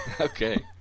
Okay